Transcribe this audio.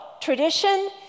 tradition